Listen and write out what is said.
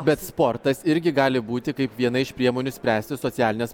bet sportas irgi gali būti kaip viena iš priemonių spręsti socialines